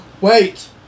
Wait